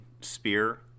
spear